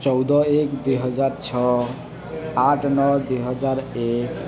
ଚଉଦ ଏକ ଦୁଇହଜାର ଛଅ ଆଠ ନଅ ଦୁଇହଜାର ଏକ